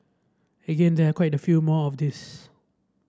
again there quite a few more of these